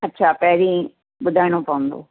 अच्छा पहिरीं ॿुधाइणो पवंदो